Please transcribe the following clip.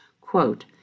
Quote